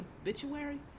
obituary